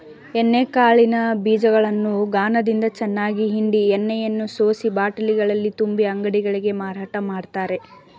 ಎಣ್ಣೆ ಕಾಳಿನ ಬೀಜಗಳನ್ನು ಗಾಣದಿಂದ ಚೆನ್ನಾಗಿ ಹಿಂಡಿ ಎಣ್ಣೆಯನ್ನು ಸೋಸಿ ಬಾಟಲಿಗಳಲ್ಲಿ ತುಂಬಿ ಅಂಗಡಿಗಳಿಗೆ ಮಾರಾಟ ಮಾಡ್ತರೆ